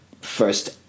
first